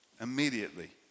Immediately